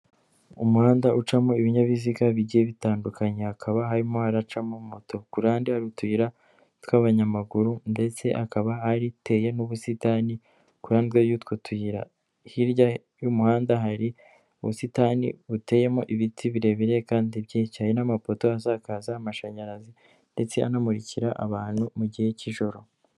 Umuhanda ucamo ibinyabiziga bigiye bitandukanye, hakaba harimo haracamo moto, kururande hari utuyira tw'abanyamaguru, ndetse hakaba ariteye n'ubusitani kuruhande y'utwo tuyira, hirya y'umuhanda hari ubusitani buteyemo ibiti birebire, hari n'amapoto asakaza amashanyarazi ndetse anamurikira abantu mu gihe cy'ijoro.